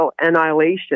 annihilation